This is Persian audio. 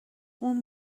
اون